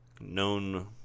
known